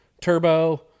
turbo